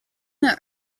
their